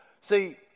See